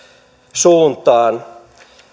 suuntaan